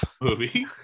movie